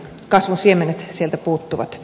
kasvun siemenet sieltä puuttuvat